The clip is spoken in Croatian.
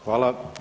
Hvala.